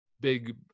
big